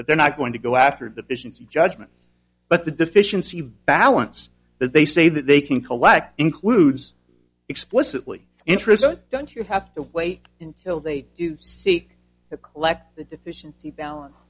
they're not going to go after deficiency judgment but the deficiency balance that they say that they can collect includes explicitly interested don't you have to wait until they see to collect the deficiency balance